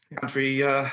country